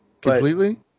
Completely